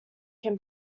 can